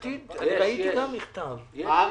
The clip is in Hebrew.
ראיתי גם את יש עתיד.